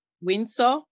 Windsor